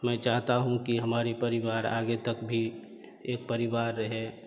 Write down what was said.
मैं चाहता हूँ कि हमारा परिवार आगे तक भी एक परिवार रहे